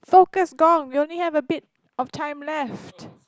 focus gone you only have a bit of time left